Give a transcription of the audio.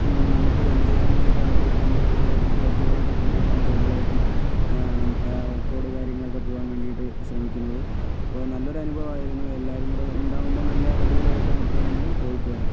നമുക്ക് ഒരു എൻജോയ്മെൻറിന് ഒക്കെ വേണ്ടിയിട്ട് നമ്മള് കുടുതലായിട്ട് ക്ലബുകളൊക്കെ കൂട്ടിയിട്ട് ഒക്കെ ആണ് കൂടുതലായിട്ടും ഓഫ് റോഡും കാര്യങ്ങളൊക്കെ പോകാൻ വേണ്ടിയിട്ട് ശ്രമിക്കുന്നത് അപ്പോൾ നല്ല ഒരു അനുഭവം ആയിരുന്നു എല്ലാവരും കൂടെ ഉണ്ടാകുമ്പോൾ നല്ല അടിപൊളി ആയിട്ട് വേണമെങ്കില് നമുക്ക് പോയിട്ട് വരാം